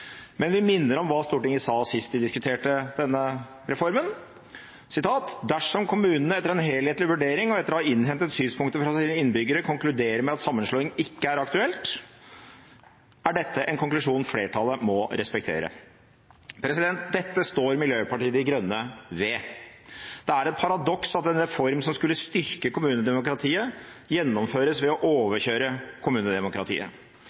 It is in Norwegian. men vi minner om hva Stortinget sa sist vi diskuterte denne reformen: «Dersom kommuner etter en helthetlig vurdering og etter å ha innhentet synspunkter fra sine innbyggere konkluderer med at sammenslåing ikke er aktuelt på det nåværende tidspunkt, er dette en konklusjon flertallet mener må respekteres.» Dette står Miljøpartiet De Grønne ved. Det er et paradoks at en reform som skulle styrke kommunedemokratiet, gjennomføres ved å overkjøre kommunedemokratiet.